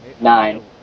Nine